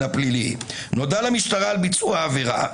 הפלילי: נודע למשטרה על ביצוע עבירה,